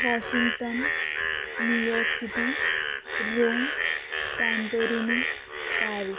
Washington New York city Rome Santorini Paris